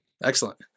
Excellent